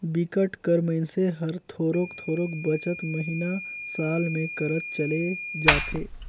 बिकट कर मइनसे हर थोरोक थोरोक बचत महिना, साल में करत चले जाथे